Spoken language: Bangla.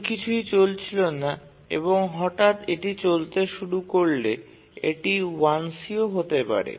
কোনও কিছুই চলছিল না এবং হঠাৎ এটি চলতে শুরু করলে এটি 1c ও হতে পারে